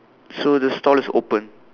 so the stall is open